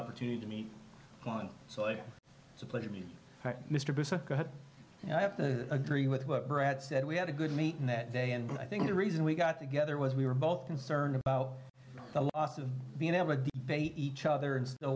opportunity to meet on so it was a pleasure to me mr bush and i have to agree with what brad said we had a good meeting that day and i think the reason we got together was we were both concerned about us of being able to bait each other and